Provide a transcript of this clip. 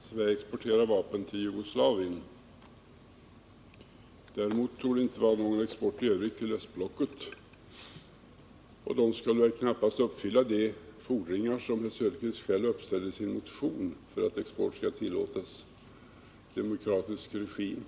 Sverige exporterar vapen till Jugoslavien. Däremot torde det inte förekomma någon export till östblocket i övrigt. Länderna där skulle väl knappast uppfylla de fordringar som herr Söderqvist själv uppställer i sin motion för ått export skall tillåtas; att vara en demokratisk regim t.ex.